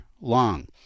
long